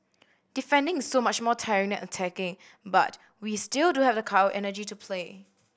defending is so much more tiring than attacking but we still do have the energy to play